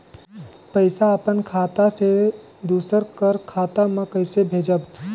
पइसा अपन खाता से दूसर कर खाता म कइसे भेजब?